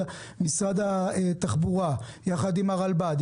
משרד התחבורה יחד עם הרלב"ד,